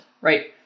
right